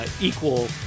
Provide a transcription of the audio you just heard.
Equal